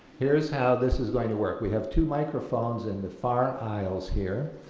here's how this is going to work, we have two microphones in the far aisles here,